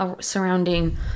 surrounding